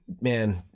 man